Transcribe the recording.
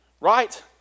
right